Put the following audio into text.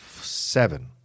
seven